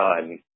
done